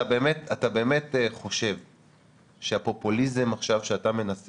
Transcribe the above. אתה באמת חושב שהפופוליזם עכשיו שאתה מנסה